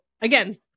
again